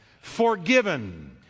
forgiven